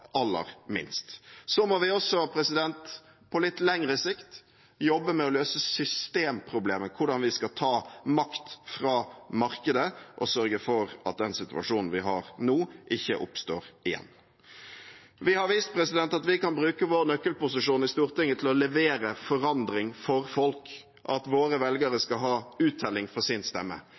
aller minst. Så må vi også på litt lengre sikt jobbe med å løse systemproblemet – hvordan vi skal ta makt fra markedet og sørge for at den situasjonen vi har nå, ikke oppstår igjen. Vi har vist at vi kan bruke vår nøkkelposisjon i Stortinget til å levere forandring for folk, at våre velgere skal ha uttelling for sin stemme.